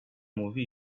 mówi